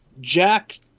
Jack